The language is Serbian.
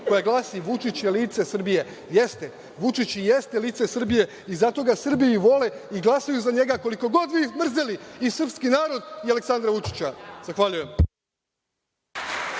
koja glasi – Vučić je lice Srbije. Jeste, Vučić i jeste lice Srbije i zato ga Srbi i vole i glasaju za njega, koliko god vi mrzeli i srpski narod i Aleksandra Vučića. Zahvaljujem.